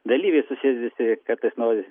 dalyviai susėst visi kartais nori